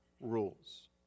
rules